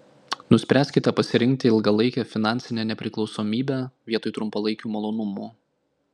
nuspręskite pasirinkti ilgalaikę finansinę nepriklausomybę vietoj trumpalaikių malonumų